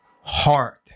heart